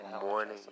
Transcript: morning